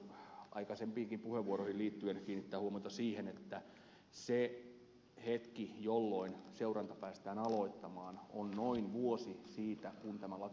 haluan aikaisempiinkin puheenvuoroihin liittyen kiinnittää huomiota siihen että se hetki jolloin seuranta päästään aloittamaan on noin vuosi siitä kun tämä laki on tullut voimaan